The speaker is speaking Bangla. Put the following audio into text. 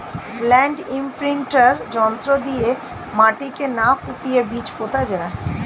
ল্যান্ড ইমপ্রিন্টার যন্ত্র দিয়ে মাটিকে না কুপিয়ে বীজ পোতা যায়